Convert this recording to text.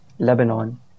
Lebanon